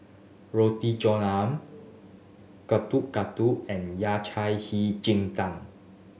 Roti John Ayam Getuk Getuk and Yao Cai jin tang